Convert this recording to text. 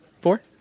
Four